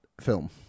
film